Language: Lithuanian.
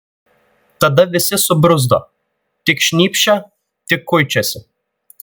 tada visi subruzdo tik šnypščia tik kuičiasi